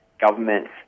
governments